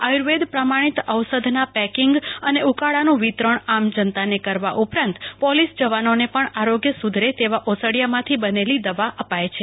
આયુ વેદ પ્રમાણીત ઔષધ ના પેકિંગ અને ઉકાળા નું વિતરણ આમ જનતા ને કરવા ઉપરાંત પોલીસ જવાનો ને પણ આરોગ્ય સુ ધરે તેવા ઓસડીયા માંથી બનેલી દવા અપાય છે